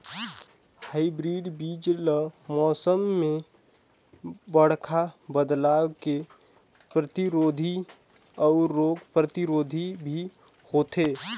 hybrid बीज ल मौसम में बड़खा बदलाव के प्रतिरोधी अऊ रोग प्रतिरोधी भी होथे